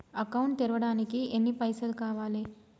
Account తెరవడానికి ఎన్ని పైసల్ కావాలే?